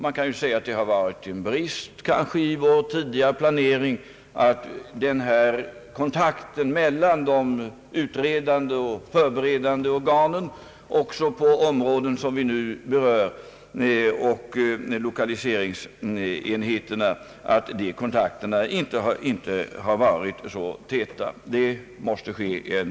Man kan ju säga att det har varit en brist i vår tidigare pla nering att kontakterna mellan de utredande och de förberedande organen, också på områden som vi nu berör, och lokaliseringsenheterna, inte har varit så täta.